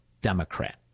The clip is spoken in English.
democrat